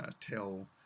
tell